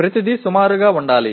ప్రతిదీ సుమారుగా ఉండాలి